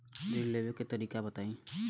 ऋण लेवे के तरीका बताई?